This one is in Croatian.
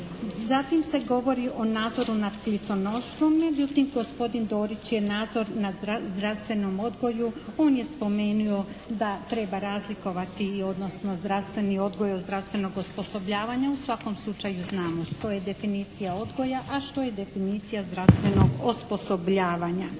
Zatim, se govori o nadzoru nad kliconoštvom. Međutim, gospodin Dorić je nadzor nad zdravstvenom odgoju on je spomenuo da treba razlikovati odnosno zdravstveni odgoj od zdravstvenog osposobljavanja. U svakom slučaju znamo što je definicija odgoja, a što je definicija zdravstvenog osposobljavanja.